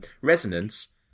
resonance